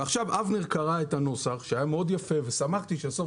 עכשיו אבנר קרא את הנוסח שהיה מאוד יפה ושמחתי שסוף